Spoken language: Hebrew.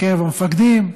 בקרב המפקדים,